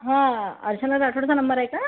हं अर्चना राठोडचा नंबर आहे का